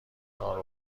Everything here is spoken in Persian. کار